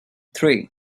three